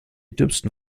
dümmsten